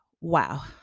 wow